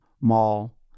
mall